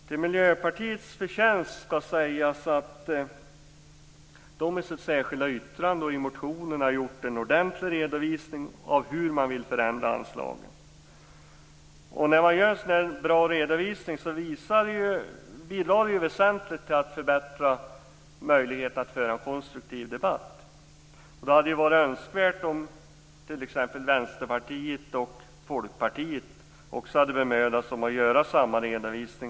Till Miljöpartiets förtjänst skall sägas att det i sitt särskilda yttrande och i motionerna gjort en ordentlig redovisning av hur man vill förändra anslagen. När man gör en sådan bra redovisning bidrar det väsentligt till att förbättra möjligheten att föra en konstruktiv debatt. Det hade varit önskvärt att t.ex. Vänsterpartiet och Folkpartiet också hade bemödat sig om att göra samma redovisning.